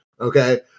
Okay